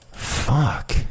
Fuck